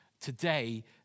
today